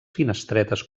finestretes